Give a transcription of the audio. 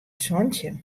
santjin